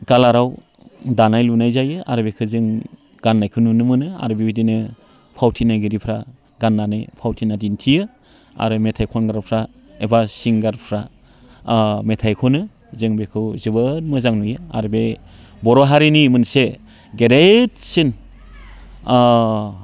कालाराव दानाय लुनाय जायो आरो बेखौ जों गाननायखौ नुनो मोनो आरो बेबायदिनो फावथिनायगिरिफ्रा गाननानै फावथिना दिन्थियो आरो मेथाइ खनग्राफ्रा एबा सिंगारफ्रा मेथाइखौनो जों बेखौ जोबोद मोजां नुयो आरो बे बर' हारिनि मोनसे गेदेरसिन